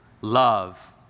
love